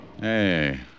hey